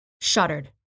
shuddered